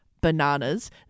bananas